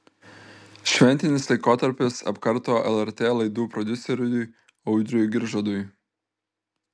šventinis laikotarpis apkarto lrt laidų prodiuseriui audriui giržadui